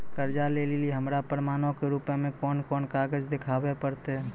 कर्जा लै लेली हमरा प्रमाणो के रूपो मे कोन कोन कागज देखाबै पड़तै?